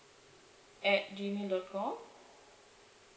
at G mail dot com